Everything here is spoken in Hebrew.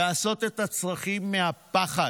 לעשות את הצרכים במיטה מהפחד,